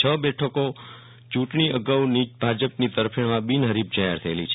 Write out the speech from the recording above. છ બેઠકો ચૂંટણી અગાઉ જ ભાજપની તરફેણમાં બિનહરીફ જાહેર થયેલી છે